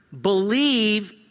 believe